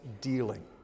dealing